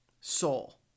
Soul